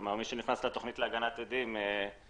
מי שנכנס לתכנית להגנת עדים מאבד